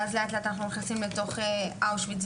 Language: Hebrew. ואז לאט-לאט אנחנו נכנסים לתוך אושוויץ-בירקנאו.